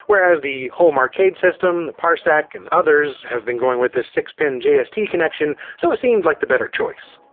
whereas the home arcade system, the parsec, and others have been going with this six pin jst connection, so it seemed like the better choice.